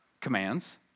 commands